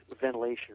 ventilation